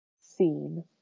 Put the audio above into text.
seen